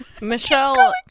Michelle